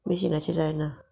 मेशिनाचेर जायना